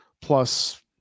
plus